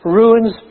ruins